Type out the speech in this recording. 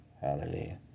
Hallelujah